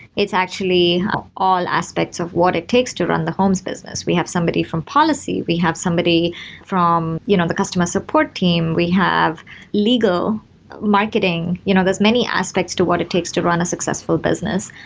it's actually all aspects of what it takes to run the homes business. we have somebody from policy, we have somebody from you know the customer support team, we have legal marketing. you know there's many aspects to what it takes to run a successful business.